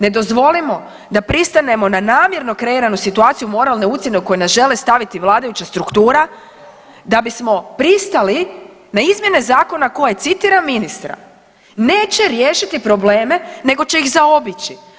Ne dozvolimo da pristanemo na namjerno kreiranu situaciju moralne ucjene u koju nas žele staviti vladajuća struktura da bismo pristali na izmjene zakona koje citiram ministra, neće riješiti probleme nego će ih zaobići.